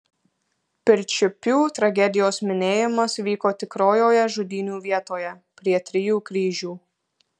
pirčiupių tragedijos minėjimas vyko tikrojoje žudynių vietoje prie trijų kryžių